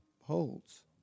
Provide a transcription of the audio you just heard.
holds